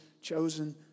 chosen